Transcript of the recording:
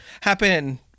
happen